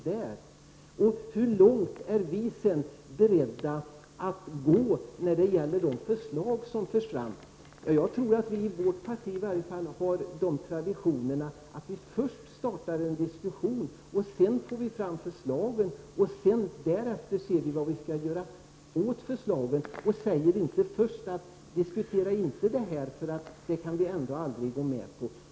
Han frågar också hur långt vi är beredda att gå när det gäller de förslag som förs fram. Jag tror att vi i vårt parti i varje fall har de traditionerna att vi först startar en diskussion, sedan för vi fram förslagen och därefter ser vi vad vi kan göra med förslagen. Vi säger inte först: Diskutera inte detta, det kan vi ändå aldrig gå med på.